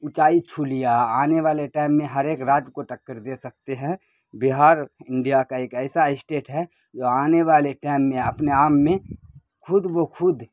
اونچائی چھولیا آنے والے ٹائم میں ہر ایک راجیہ کو ٹکر دے سکتے ہیں بہار انڈیا کا ایک ایسا اسٹیٹ ہے جو آنے والے ٹائم میں اپنے آپ میں خود بہ خود